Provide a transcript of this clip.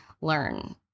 learn